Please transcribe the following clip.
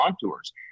contours